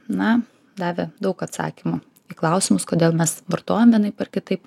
na davė daug atsakymų į klausimus kodėl mes vartojam vienaip ar kitaip